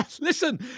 Listen